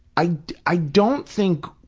i i don't think,